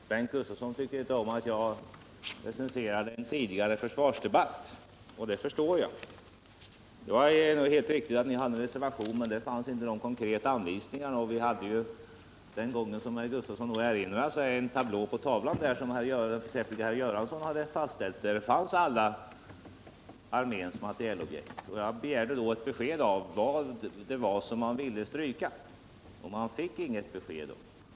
Herr talman! Bengt Gustavsson tycker inte om att jag recenserar en tidigare försvarsdebatt, och det förstår jag. Det var helt riktigt att ni hade en reservation då, men där fanns det inte några konkreta anvisningar. Och vi hade den gången, som herr Gustavsson nog erinrar sig, en tablå på TV-skärmen här som särskilt herr Göransson hade fastställt och där alla arméns materielobjekt fanns. Jag begärde då ett besked om vad det var som ni ville stryka. Men jag fick inget besked.